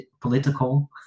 political